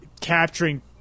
capturing